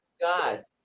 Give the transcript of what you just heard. God